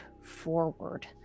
forward